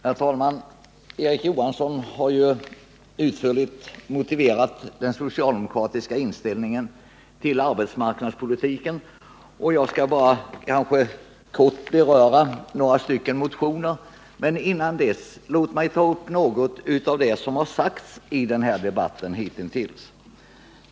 Herr talman! Erik Johansson i Simrishamn har utförligt motiverat den socialdemokratiska inställningen till arbetsmarknadspolitiken. Jag skall bara helt kort beröra några motioner. Låt mig dock innan dess ta upp något av vad som har sagts hittills i den här debatten.